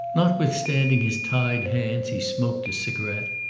notwithstanding his tied hands he smoked a cigarette.